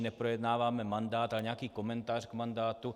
Neprojednáváme mandát, ale nějaký komentář k mandátu.